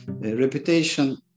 reputation